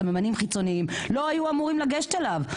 סממנים חיצוניים, לא היו אמורים לגשת אליו.